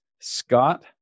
Scott